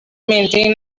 maintain